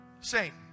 Saint